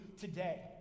today